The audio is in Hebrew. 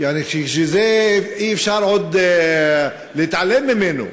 יעני שזה, אי-אפשר עוד להתעלם ממנו.